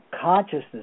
consciousness